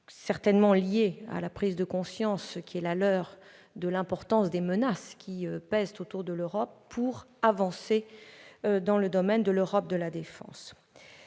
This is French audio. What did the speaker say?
certainement lié à une prise de conscience de l'importance des menaces qui pèsent tout autour de l'Europe pour avancer dans le domaine de l'Europe de la défense.